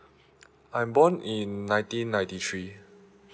I'm born in nineteen ninety three